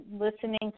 listening